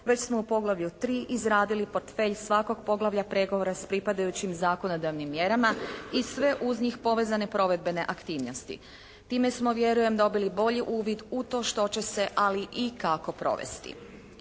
već smo u poglavlju 3. izradili portfelj svakog poglavlja pregovora s pripadajućim zakonodavnim mjerama i sve uz njih povezane provedbene aktivnosti. Time smo vjerujem dobili bolji uvid u to što će se, ali i kako provesti.